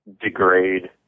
degrade